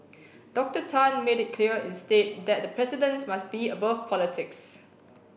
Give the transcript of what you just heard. Doctor Tan made it clear instead that the president must be above politics